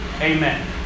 Amen